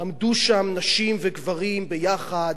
עמדו שם נשים וגברים ביחד,